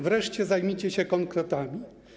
Wreszcie zajmijcie się konkretami.